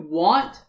want